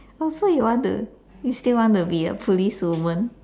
oh so you want to you still want to be a policewoman